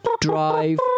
drive